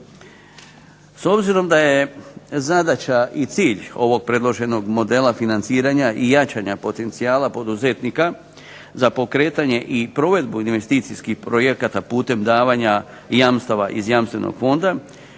S obzirom da je zadaća i cilj ovog predloženog modela financiranja i jačanja potencijala poduzetnika za pokretanje i provedbu investicijskih projekata putem davanja jamstava iz Jamstvenog fonda